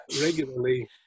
regularly